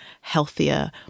healthier